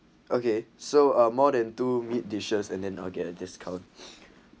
okay so are more than two meat dishes and then uh get a discount